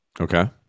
Okay